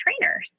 trainers